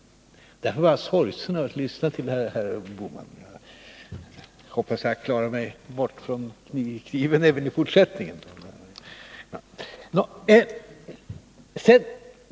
Därför var jag sorgsen när jag lyssnade till herr Bohman. Jag hoppas jag klarar mig från kniven även i fortsättningen.